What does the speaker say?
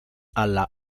alla